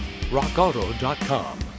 rockauto.com